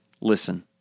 listen